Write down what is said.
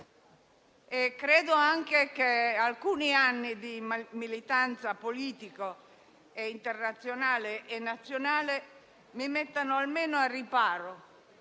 Credo anche che alcuni anni di militanza politica internazionale e nazionale mi mettano al riparo